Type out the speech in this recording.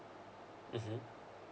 mmhmm